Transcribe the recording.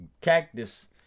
Cactus